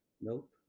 Nope